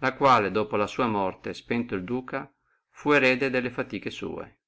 la quale dopo la sua morte spento el duca fu erede delle sue